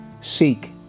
Seek